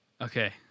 okay